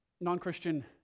Non-Christian